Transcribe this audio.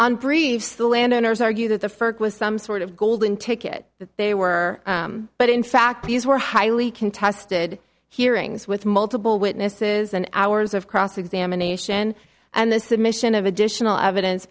briefs the landowners argue that the first was some sort of golden ticket that they were but in fact these were highly contested hearings with multiple witnesses and hours of cross examination and the submission of additional evidence